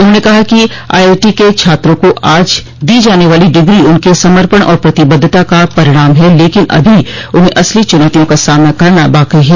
उन्होंने कहा कि आई आई टी के छात्रा को आज दी जाने वाली डिग्री उनके समर्पण और प्रतिबद्धता का परिणाम है लेकिन अभी उन्हें असली चुनौतियां का सामना करना बाको है